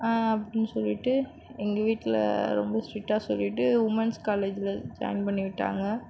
அப்படின்னு சொல்லிட்டு எங்கள் வீட்டில் ரொம்ப ஸ்ட்ரிக்ட்டாக சொல்லிட்டு உமன்ஸ் காலேஜில் ஜாயின் பண்ணி விட்டாங்க